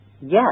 Yes